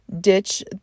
ditch